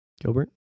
Gilbert